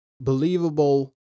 believable